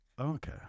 okay